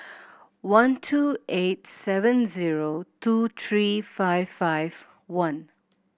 one two eight seven zero two three five five one